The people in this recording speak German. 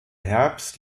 herbst